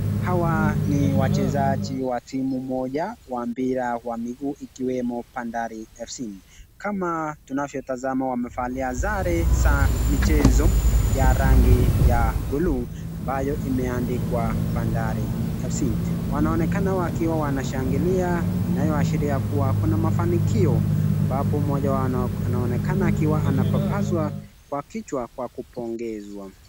Hawa ni wachezaji wa timu moja wa mpira wa miguu ikiwemo Bandari FC.Kama tunavyotasama wamevalia sare za michezo ya rangi ya buluu ambayo imeandikwa Bandari FC. Wanaonekana wakiwa wanashangilia inayoashiria kuwa kuna mafanikio ambapo mmoja wao anaonekana akiwa anapapaswa kwa kijwa kwa kupongezwa.